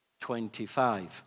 25